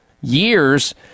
years